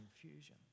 confusion